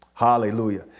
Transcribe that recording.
Hallelujah